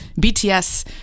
BTS